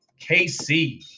KC